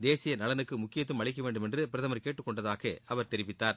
தேசிய நலனுக்கு முக்கியத்துவம் அளிக்க வேண்டும் என்று பிரதமர் கேட்டுக் கொண்டதாக அவர் தெரிவித்தார்